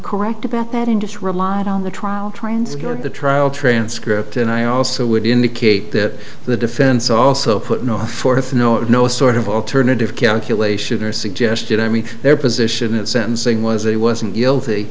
correct about that and just relied on the trial transcript the trial transcript and i also would indicate that the defense also put no forth no no sort of alternative calculation or suggested i mean their position in sentencing was they wasn't guilty